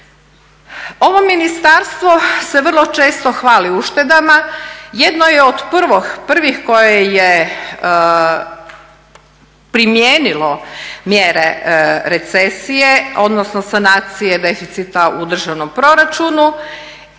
Ovo ministarstvo se vrlo često hvali uštedama, jedno je od prvih koje je primijenilo mjere recesije odnosno sanacije deficita u državnom proračunu.